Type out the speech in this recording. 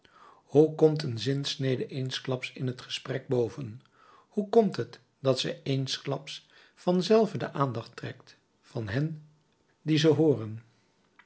hoe komt een zinsnede eensklaps in het gesprek boven hoe komt het dat zij eensklaps vanzelve de aandacht trekt van hen die ze hooren